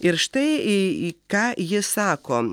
ir štai ii ką ji sako